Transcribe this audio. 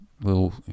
little